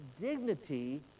dignity